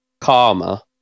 karma